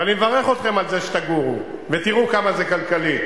ואני מברך אתכם על זה שתגורו, ותראו כמה זה כלכלי.